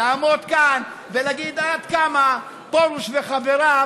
ולעמוד כאן ולהגיד עד כמה פרוש וחבריו